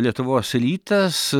lietuvos rytas